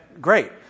great